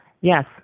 Yes